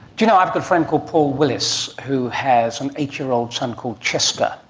do you know, i have a friend called paul willis who has an eight-year-old son called chester,